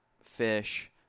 fish